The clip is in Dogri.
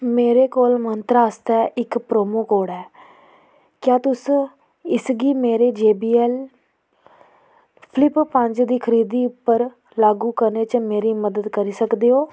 मेरे कोल मंत्रा आस्तै इक प्रोमो कोड ऐ क्या तुस इसगी मेरी जे बी एल फ्लिप पंज दी खरीदी उप्पर लागू करने च मेरी मदद करी सकदे ओ